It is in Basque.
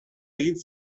egin